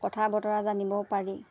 কথা বতৰা জানিবও পাৰি